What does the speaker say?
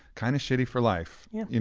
kind of shitty for life yeah.